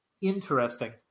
interesting